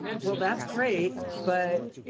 well that's great, but